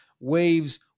waves